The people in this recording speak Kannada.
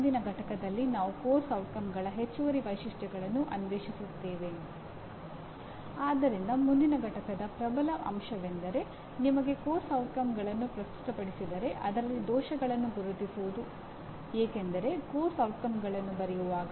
ಆದರೆ ಶಿಕ್ಷಕರಾಗಿ ಒಬ್ಬರು "ಶಿಕ್ಷಣ" ಮತ್ತು "ಬೋಧನೆ" ಪದಗಳ ಬಗ್ಗೆ ಸ್ಪಷ್ಟವಾದ ತಿಳುವಳಿಕೆಯನ್ನು ಹೊಂದಿರಬೇಕು